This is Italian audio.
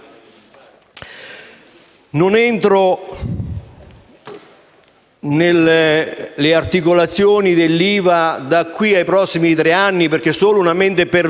Non entro nelle articolazioni dell'IVA da qui ai prossimi tre anni perché solo una mente perversa